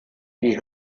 die